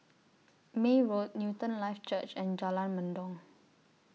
May Road Newton Life Church and Jalan Mendong